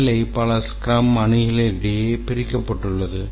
வேலை பல ஸ்க்ரம் அணிகளிடையே பிரிக்கப்பட்டுள்ளது